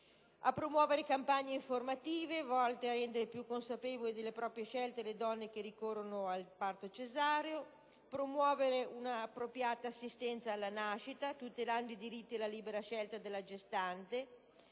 a promuovere campagne informative volte a rendere più consapevoli delle proprie scelte le donne che ricorrono al parto cesareo; a promuovere un'appropriata assistenza alla nascita, tutelando i diritti e la libera scelta della gestante;